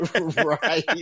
Right